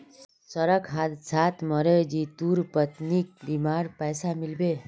सड़क हादसात मरे जितुर पत्नीक बीमार पैसा मिल बे